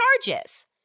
charges